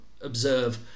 observe